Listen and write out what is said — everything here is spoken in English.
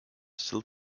cell